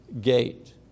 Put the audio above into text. gate